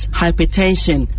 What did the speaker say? hypertension